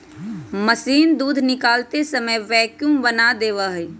machine दूध निकालते समय वैक्यूम बना देवा हई